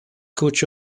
coach